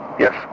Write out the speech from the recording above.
Yes